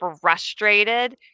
frustrated